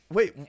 Wait